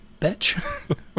bitch